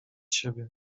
siebie